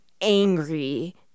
angry